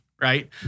right